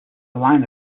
line